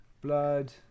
Blood